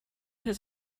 his